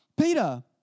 Peter